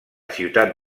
ciutat